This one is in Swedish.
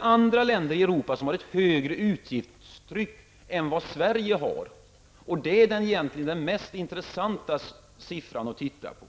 Andra länder i Europa har ett högre utgiftstryck än vad Sverige har. Det är egentligen den mest intressanta siffran att titta på.